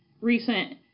recent